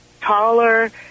taller